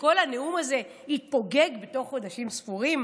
שכל הנאום הזה יתפוגג בתוך חודשים ספורים,